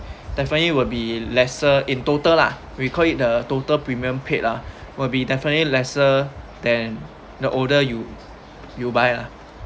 definitely will be lesser in total lah we called it the total premiums paid ah will be definitely lesser than the older you you buy lah